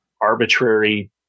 arbitrary